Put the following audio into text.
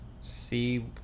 see